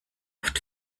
oft